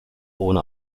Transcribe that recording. ohne